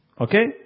Okay